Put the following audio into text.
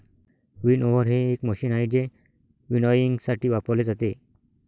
winnower हे एक machine आहे जे विनॉयइंगसाठी वापरले जाते